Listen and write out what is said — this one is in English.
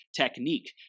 technique